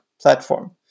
platform